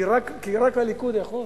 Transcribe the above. כי רק הליכוד יכול.